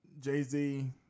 Jay-Z